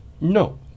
No